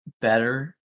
better